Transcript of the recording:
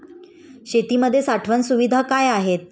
शेतीमध्ये साठवण सुविधा काय आहेत?